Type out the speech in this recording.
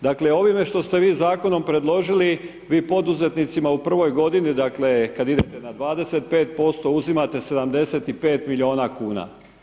Dakle ovime što ste vi zakonom predložili vi poduzetnicima u prvoj godini, dakle kada idete na 25% uzimate 75 milijuna kuna.